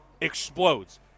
explodes